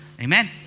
Amen